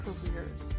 careers